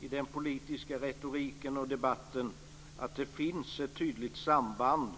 i den politiska retoriken och debatten att det finns ett tydligt samband